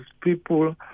people